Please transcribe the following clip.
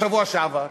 בשבוע שעבר.